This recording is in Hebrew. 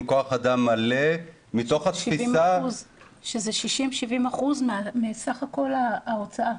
כח אדם מלא מתוך התפיסה --- שזה 60%-70% מסך כל ההוצאה.